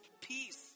peace